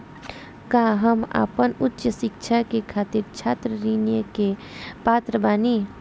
का हम आपन उच्च शिक्षा के खातिर छात्र ऋण के पात्र बानी?